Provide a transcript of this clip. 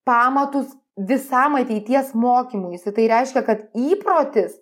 pamatus visam ateities mokymuisi tai reiškia kad įprotis